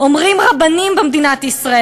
אומרים רבנים במדינת ישראל,